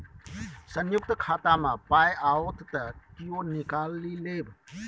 संयुक्त खाता मे पाय आओत त कियो निकालि लेब